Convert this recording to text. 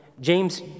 James